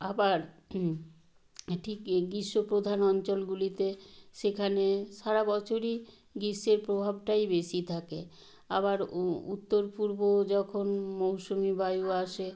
আবার এটিকে গ্রীষ্মপ্রধান অঞ্চলগুলিতে সেখানে সারা বছরই গ্রীষ্মের প্রভাবটাই বেশি থাকে আবার উত্তর পূর্ব যখন মৌসুমি বায়ু আসে